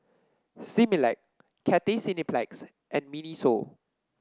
Similac Cathay Cineplex and Miniso